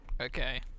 Okay